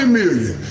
million